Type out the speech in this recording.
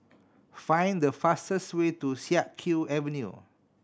find the fastest way to Siak Kew Avenue